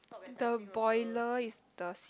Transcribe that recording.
the boiler is the seafood thing is it